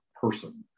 person